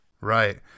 Right